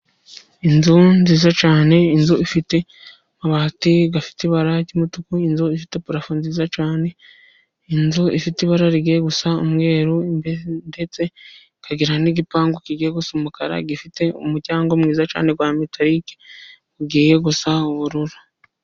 Inzu nziza cyane, inzu ifite amabati afite ibara ry'umutuku, inzu ifite parafo nziza cyane, inzu ifite ibara rigiye gusa umweru imbere, ndetse ikagira n'igipangu kigiye gusa umukara, gifite umuryango mwiza cyane wa metarike ugiye gusa ubururu.